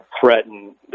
threaten